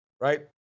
right